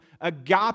agape